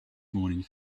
morning